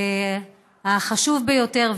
החשוב ביותר,